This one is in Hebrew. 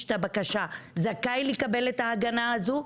את הבקשה זכאי לקבל את ההגנה הזאת.